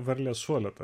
varlės šuolio ta